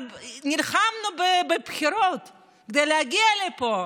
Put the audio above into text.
נלחמנו בבחירות כדי להגיע לפה